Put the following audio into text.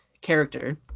character